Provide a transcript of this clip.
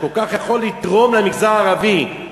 שכל כך יכול לתרום למגזר הערבי,